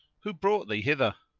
who brought thee hither?